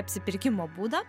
apsipirkimo būdą